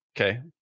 Okay